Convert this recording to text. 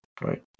right